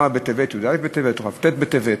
י"א בטבת או כ"ט בטבת,